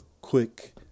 quick